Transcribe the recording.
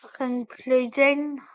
including